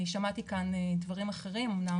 אני שמעתי כאן דברים אחרים אמנם,